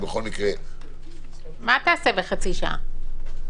מה תעשה בחצי שעה?